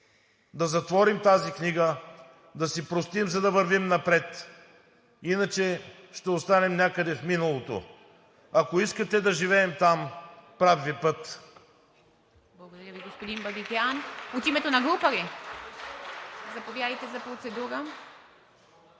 Да затворим тази книга, да си простим, за да вървим напред – иначе ще останем някъде в миналото. Ако искате да живеем там, прав Ви път.